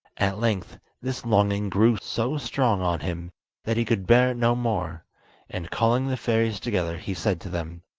at length this longing grew so strong on him that he could bear it no more and, calling the fairies together, he said to them